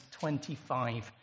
25